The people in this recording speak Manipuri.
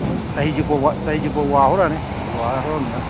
ꯍꯣꯏ ꯆꯍꯤ ꯆꯨꯞꯄ ꯋꯥ ꯆꯍꯤ ꯆꯨꯞꯄ ꯋꯥꯍꯧꯔꯅꯤ ꯁꯤ ꯋꯥꯍꯧꯔꯕꯅꯤꯅ